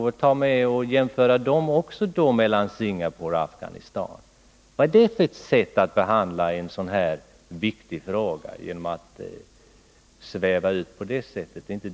Vad är det för sätt att behandla en viktig fråga, att sväva ut på det sättet?